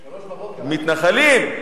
מתנחלים.